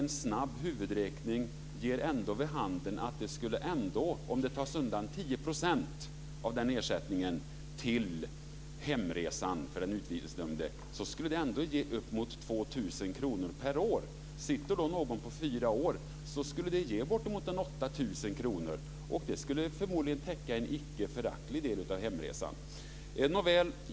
En snabb huvudräkning ger vid handen att det ändå skulle ge uppemot 2 000 kr per år om 10 % av den ersättningen tas undan till hemresan för den utvisningsdömde. Sitter någon på fyra år skulle det ge bortemot 8 000 kr, och det skulle förmodligen täcka en icke föraktlig del av kostnaden för hemresan.